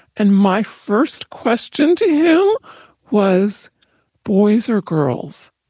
and my first question to him was boys or girls?